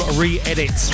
re-edit